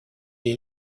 est